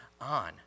on